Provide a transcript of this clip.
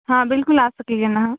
हँ बिलकुल आ सकलिए हँ अहाँ